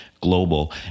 Global